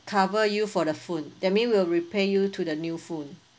cover you for the phone that means we'll replace you to the new phone